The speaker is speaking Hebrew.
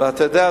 אתה יודע,